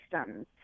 systems